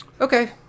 Okay